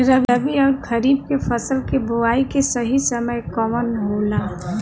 रबी अउर खरीफ के फसल के बोआई के सही समय कवन होला?